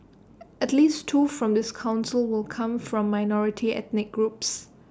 at least two from this Council will come from minority ethnic groups